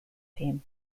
team